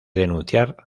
denunciar